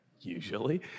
Usually